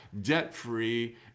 debt-free